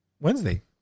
Wednesday